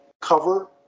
cover